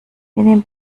nehmt